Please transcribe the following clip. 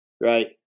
right